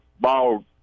ball